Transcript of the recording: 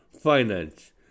finance